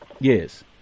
Yes